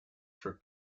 for